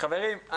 חברים,